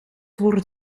wordt